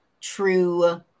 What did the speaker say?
true